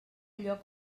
lloc